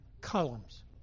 columns